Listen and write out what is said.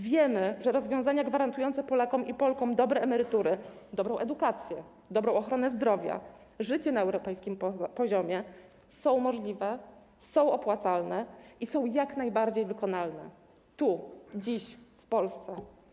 Wiemy, że rozwiązania gwarantujące Polkom i Polakom dobre emerytury, dobrą edukację, dobrą ochronę zdrowia, życie na europejskim poziomie są możliwe, są opłacalne i jak najbardziej wykonalne - dziś, tu, w Polsce.